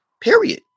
period